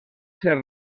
ser